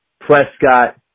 Prescott